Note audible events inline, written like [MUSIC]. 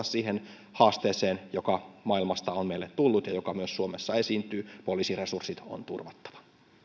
[UNINTELLIGIBLE] siihen haasteeseen joka maailmalta on meille tullut ja joka myös suomessa esiintyy poliisiresurssit on turvattava